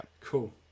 cool